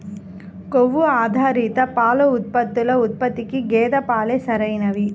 కొవ్వు ఆధారిత పాల ఉత్పత్తుల ఉత్పత్తికి గేదె పాలే సరైనవి